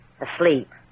Asleep